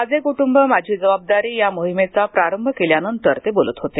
माझे कुटुंब माझी जबाबदारी या मोहिमेचा प्रारंभ केल्यानंतर ते बोलत होते